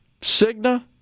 Cigna